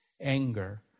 anger